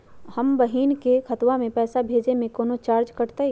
अपन बहिन के खतवा में पैसा भेजे में कौनो चार्जो कटतई?